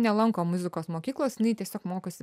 nelanko muzikos mokyklos jinai tiesiog mokosi